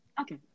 Okay